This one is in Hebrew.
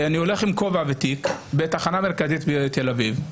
אני הולך עם כובע ותיק בתחנה המרכזית בתל אביב,